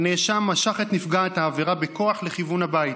"הנאשם משך את נפגעת העבירה בכוח לכיוון הבית,